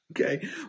Okay